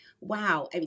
wow